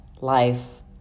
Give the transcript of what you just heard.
life